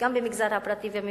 גם במגזר הפרטי וגם